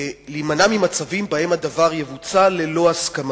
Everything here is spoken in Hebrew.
להימנע ממצבים שבהם הדבר יבוצע ללא הסכמתו.